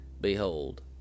Behold